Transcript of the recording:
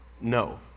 No